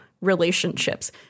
relationships